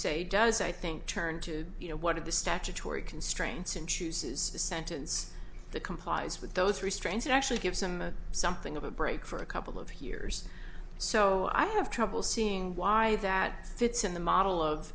say does i think turn to you know what are the statutory constraints and chooses to sentence the complies with those restraints it actually gives him something of a break for a couple of years so i have trouble seeing why that fits in the model of